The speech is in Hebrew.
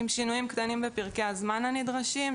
עם שינויים קטנים בפרקי הזמן הנדרשים,